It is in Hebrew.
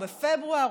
או בפברואר,